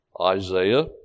Isaiah